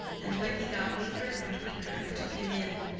and when he got weaker and weaker i took him in.